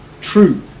true